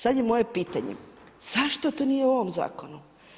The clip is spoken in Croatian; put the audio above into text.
Sada je moje pitanje, zašto to nije u ovom zakonu?